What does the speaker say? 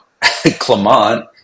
Clement